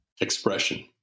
expression